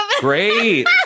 Great